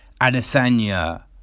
Adesanya